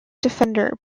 defender